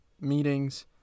meetings